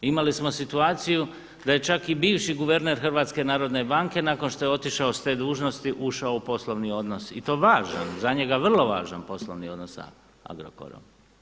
Imali smo situaciju da je čak i bivši guverner HNB-a nakon što je otišao s te dužnosti ušao u poslovni odnos i to važan, za njega vrlo važan poslovni odnos sa Agrokorom.